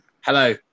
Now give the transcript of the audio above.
Hello